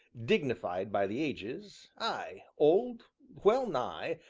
dignified by the ages ay old, well nigh,